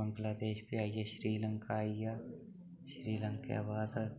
बांग्लादेश फ्ही आई गेआ श्रीलंका आई गेआ श्रीलंका दे बाद